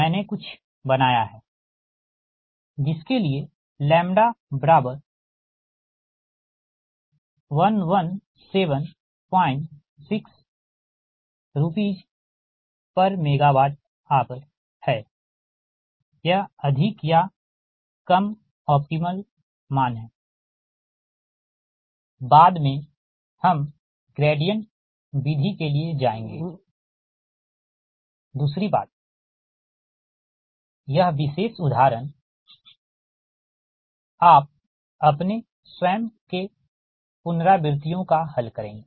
मैंने कुछ बनाया है जिसके लिए λ 1176 RsMwhr है यह अधिक या कम ऑप्टीमल मान है बाद में हम ग्रेडिएंट विधि के लिए जाएंगे दूसरी बात यह विशेष उदाहरण आप अपने स्वयं के पुनरावृतियों का हल करेंगे